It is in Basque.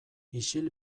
isil